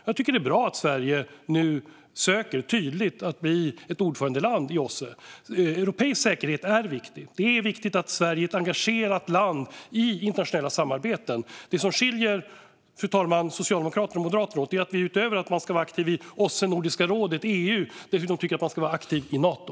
Jag tycker att det är bra att Sverige nu tydligt ansöker om att bli ordförandeland för OSSE. Europeisk säkerhet är viktig. Det är viktigt att Sverige är ett engagerat land i internationella samarbeten. Det som skiljer Socialdemokraterna och Moderaterna åt, fru talman, är att vi tycker att Sverige utöver att vara aktivt i OSSE, Nordiska rådet och EU dessutom ska vara aktivt i Nato.